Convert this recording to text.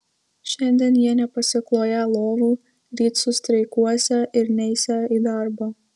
šiandien jie nepasikloją lovų ryt sustreikuosią ir neisią į darbą